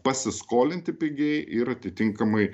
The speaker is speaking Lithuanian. pasiskolinti pigiai ir atitinkamai